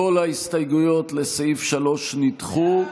כל ההסתייגויות לסעיף 3 נדחו,